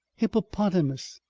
hippopotamus.